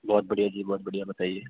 बहुत बढ़िया जी बहुत बढ़िया बताएं